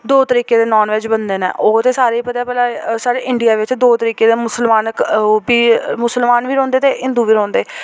दो तरीके दे नानवेज बनदे न ओह् ते सारें गी पता ऐ भला साढ़े इंडियां बिच्च दो तरीके दे मुस्लमान ओह् बी मुस्लमान बी रौंह्दे ते हिंदू बी रौंह्दे